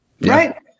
Right